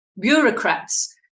bureaucrats